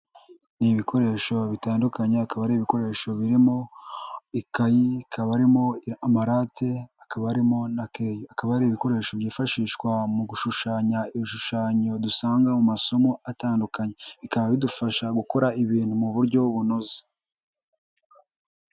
Ni ibikoresho bitandukanye akaba ari ibikoresho birimo ikayi, hakaba harimo amarate, hakaba harimo na kereyo, hakaba hari ibikoresho byifashishwa mu gushushanya ibishushanyo dusanga mu masomo atandukanye, bikaba bidufasha gukora ibintu mu buryo bunoze.